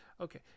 okay